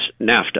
NAFTA